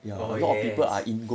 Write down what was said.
oh yes